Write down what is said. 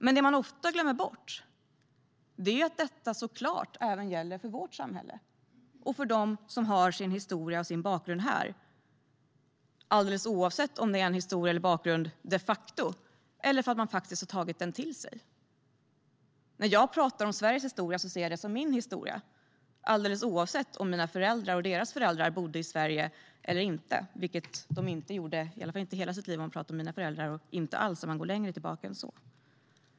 Men det man ofta glömmer bort är att detta såklart även gäller för vårt samhälle och för dem som har sin historia och sin bakgrund här, alldeles oavsett om det är en historia eller bakgrund de facto, eller för att man faktiskt har tagit den till sig. När jag pratar om Sveriges historia ser jag det som min historia, alldeles oavsett om mina föräldrar och deras föräldrar bodde i Sverige eller inte. Det gjorde de inte, i alla fall inte hela sitt liv om jag pratar om mina föräldrar och inte alls om jag går längre tillbaka.